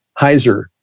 Heiser